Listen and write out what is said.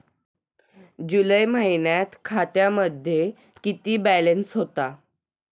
जुलै महिन्यात खात्यामध्ये किती बॅलन्स होता?